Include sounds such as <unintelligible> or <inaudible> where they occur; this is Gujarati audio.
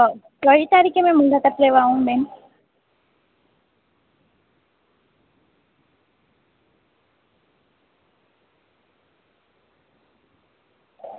કઈ તારીખે <unintelligible> લેવા આવું મેં